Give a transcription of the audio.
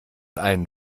einen